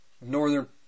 northern